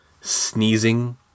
sneezing